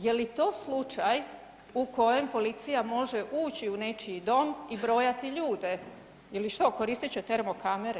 Je li to slučaj u kojem policija može ući u nečiji dom i brojati ljude ili što koristit će termo kamere?